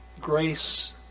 grace